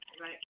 right